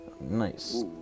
nice